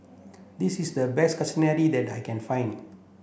this is the best Kushiyaki that I can find